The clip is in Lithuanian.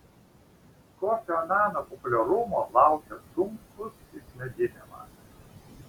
kofio anano populiarumo laukia sunkus išmėginimas